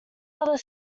other